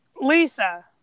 Lisa